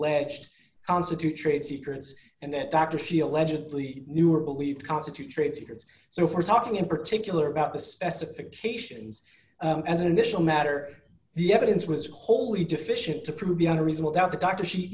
alleged constitute trade secrets and that doctor she allegedly knew or believed constitute trade secrets so for talking in particular about the specifications as an initial matter the evidence was wholly deficient to prove beyond a reasonable doubt the doctor she